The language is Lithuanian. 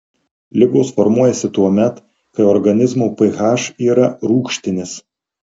ligos formuojasi tuomet kai organizmo ph yra rūgštinis